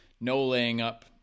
no-laying-up